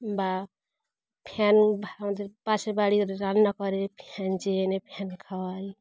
বা ফ্যান আমাদের পাশে বাড়ি রান্না করে ফ্যান চেয়ে এনে ফ্যান খাওয়াই